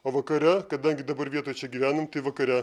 o vakare kadangi dabar vietoj čia gyvenam tai vakare